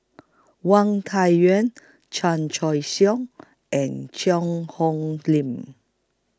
Wang Chan Choy Siong and Cheang Hong Lim